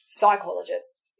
psychologists